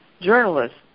Journalists